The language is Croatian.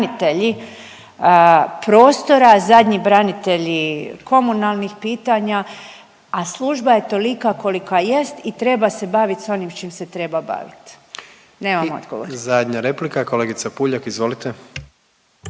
branitelji prostora, zadnji branitelji komunalnih pitanja, a služba je tolika kolika jest i treba se baviti s onim s čim se treba baviti. Nemam odgovor. **Jandroković, Gordan (HDZ)** I zadnja replika kolegica Puljak, izvolite.